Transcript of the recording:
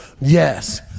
yes